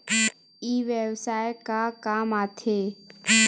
ई व्यवसाय का काम आथे?